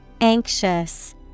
Anxious